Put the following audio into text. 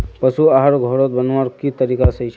पशु आहार घोरोत बनवार की तरीका सही छे?